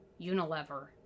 Unilever